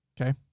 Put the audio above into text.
Okay